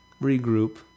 regroup